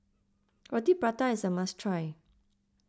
Roti Prata is a must try